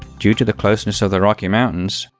due to the closeness of the rocky mountains,